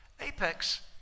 apex